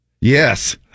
Yes